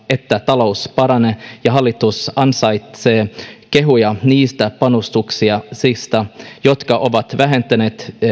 että talous paranee ja hallitus ansaitsee kehuja niistä panostuksista jotka ovat vähentäneet